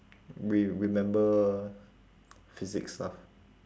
re~ remember physics stuff